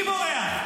מי בורח?